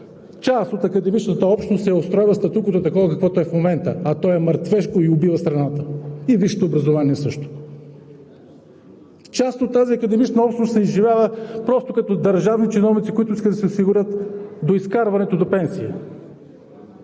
част от академичната общност я устройва статуквото такова, каквото е в момента, а то е мъртвешко и убива страната. И висшето образование – също. Част от тази академична общност се изживява просто като държавни чиновници, които искат да си осигурят доизкарването до пенсия.